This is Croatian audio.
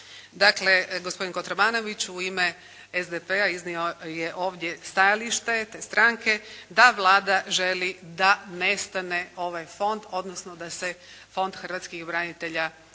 Dakle, gospodin Kotromanović u ime SDP-a iznio je ovdje stajalište te stranke da Vlada želi da nestane ovaj fond odnosno da se Fond hrvatskih branitelja likvidira.